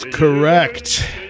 Correct